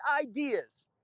ideas